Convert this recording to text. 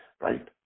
right